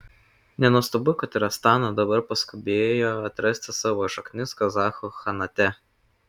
nenuostabu kad ir astana dabar paskubėjo atrasti savo šaknis kazachų chanate